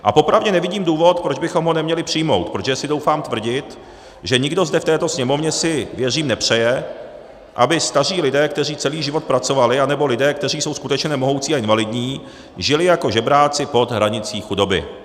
A popravdě nevidím důvod, proč bychom ho neměli přijmout, protože si troufám tvrdit, že nikdo zde v této Sněmovně si, věřím, nepřeje, aby staří lidé, kteří celý život pracovali, nebo lidé, kteří jsou skutečně nemohoucí a invalidní, žili jako žebráci pod hranicí chudoby.